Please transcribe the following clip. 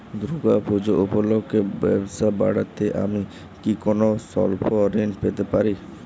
দূর্গা পূজা উপলক্ষে ব্যবসা বাড়াতে আমি কি কোনো স্বল্প ঋণ পেতে পারি?